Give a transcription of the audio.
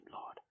Lord